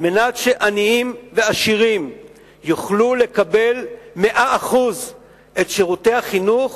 על מנת שעניים ועשירים יוכלו לקבל את 100% שירותי החינוך,